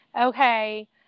okay